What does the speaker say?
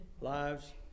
lives